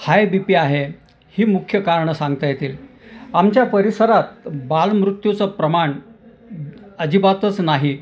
हाय B P आहे ही मुख्य कारणं सांगता येतील आमच्या परिसरात बाल मृत्यूचं प्रमाण अजिबातच नाही